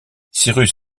cyrus